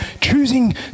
choosing